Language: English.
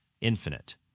Infinite